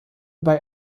bei